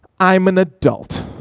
i'm an adult.